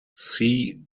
see